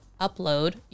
upload